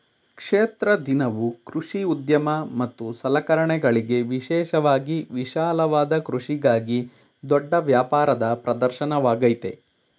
ಕ್ಷೇತ್ರ ದಿನವು ಕೃಷಿ ಉದ್ಯಮ ಮತ್ತು ಸಲಕರಣೆಗಳಿಗೆ ವಿಶೇಷವಾಗಿ ವಿಶಾಲವಾದ ಕೃಷಿಗಾಗಿ ದೊಡ್ಡ ವ್ಯಾಪಾರದ ಪ್ರದರ್ಶನವಾಗಯ್ತೆ